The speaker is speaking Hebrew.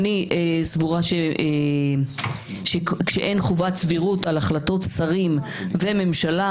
אני סבורה שכאשר אין חובת סבירות על החלטות שרים וממשלה,